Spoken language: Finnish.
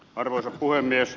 arvoisa puhemies